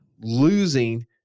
losing